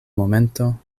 momento